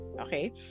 Okay